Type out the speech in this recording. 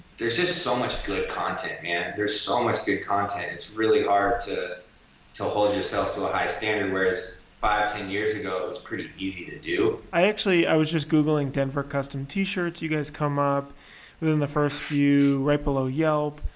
there's just so much good content, man. there's so much good content. it's really hard to tell hold yourself to a high standard, whereas five, ten years ago it was pretty easy to do. i actually i was just googling denver custom t-shirts. you guys come up within the first few, right below yelp.